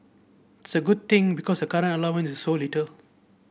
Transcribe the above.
it's a good thing because the current allowance is so little